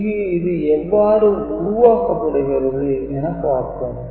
இங்கு இது எவ்வாறு உருவாக்கப்படுகிறது என பார்ப்போம்